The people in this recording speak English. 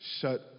shut